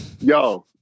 Yo